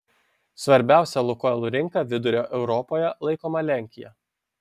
svarbiausia lukoil rinka vidurio europoje laikoma lenkija